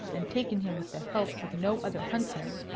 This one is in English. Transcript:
and taken him with the help of no other huntsman,